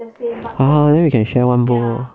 !huh! then we can share one bowl